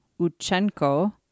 Uchenko